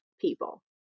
people